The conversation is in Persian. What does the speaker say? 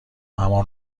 همان